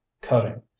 cutting